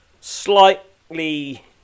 slightly